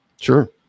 Sure